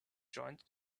joined